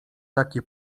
taki